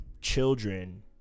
children